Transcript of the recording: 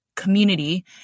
community